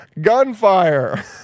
gunfire